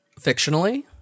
fictionally